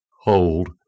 hold